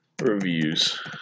reviews